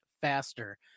faster